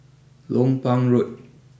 Lompang Road